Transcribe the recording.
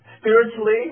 spiritually